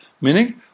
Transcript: Meaning